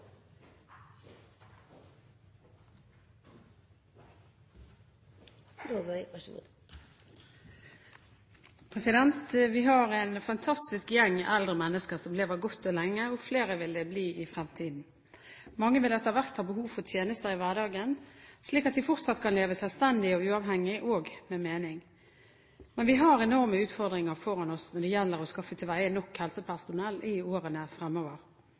lever godt og lenge, og flere vil det bli i fremtiden. Mange vil etter hvert ha behov for tjenester i hverdagen, slik at de fortsatt kan leve selvstendig og uavhengig, og med mening. Men vi har enorme utfordringer foran oss når det gjelder å skaffe til veie nok helsepersonell i årene fremover,